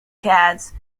cats